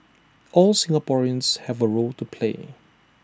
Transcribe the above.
all Singaporeans have A role to play